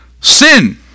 Sin